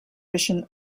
mission